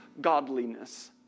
godliness